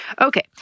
Okay